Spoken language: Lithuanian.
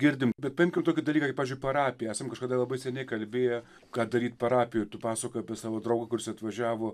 girdim bet paimkim tokį dalyką kaip pavyzdžiui parapiją esam kažkada labai seniai kalbėję ką daryt parapijoj pasakoju apie savo draugą kuris atvažiavo